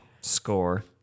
score